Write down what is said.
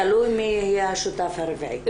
תלוי מי יהיה השותף הרביעי.